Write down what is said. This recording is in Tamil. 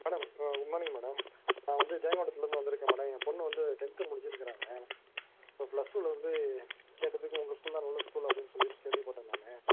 மேடம் குட் மார்னிங் மேடம் நான் வந்து ஜெயங்கொண்டத்திலிருந்து வந்துருக்கேன் மேடம் என் பொண்ணு வந்து டென்த் முடிச்சிருக்கராங்க இப்போ ப்ளஸ் டூவில வந்து கேட்டதுக்கு உங்கள் ஸ்கூல் தான் நல்ல ஸ்கூல் அப்படின்னு சொல்லி கேள்விப்பட்டேன் நான்